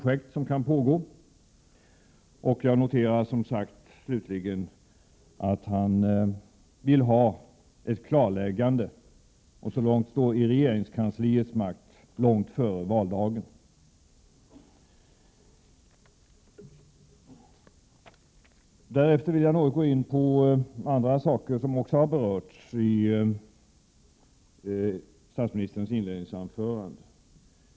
Jag noterade slutligen, som sagt, att han vill ha ett klarläggande — så långt det står i regeringskansliets makt — långt före valdagen. Jag vill nu gå in på andra saker som också har berörts i statsministerns inledningsanförande.